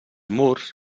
murs